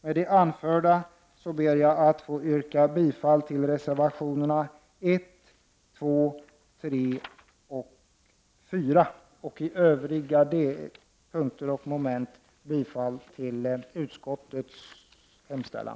Med det anförda ber jag att få yrka bifall till reservationerna 1, 2, 3 och 4 samt i övrigt bifall till utskottets hemställan.